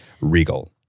Regal